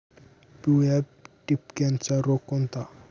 पिवळ्या ठिपक्याचा रोग कोणता?